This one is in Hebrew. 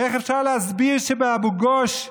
איך אפשר להסביר שבאבו גוש,